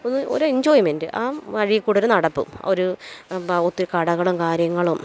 ഇത് ഒരു എന്ജോയ്മെന്റ് ആ വഴിയില്കൂടൊരു നടപ്പ് ഒരു ഇപ്പോള് ഒത്തിരി കടകളും കാര്യങ്ങളും